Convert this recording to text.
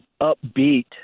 upbeat